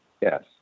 Yes